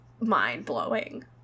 mind-blowing